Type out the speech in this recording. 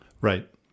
right